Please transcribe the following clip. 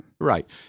Right